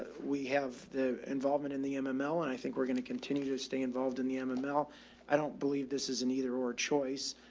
we have the involvement in the um ah mml and i think we're going to continue to stay involved in the um mml. i don't believe this is an either or choice,